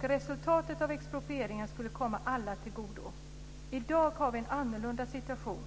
Resultatet av exproprieringen skulle komma alla till godo. I dag har vi en annorlunda situation.